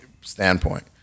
standpoint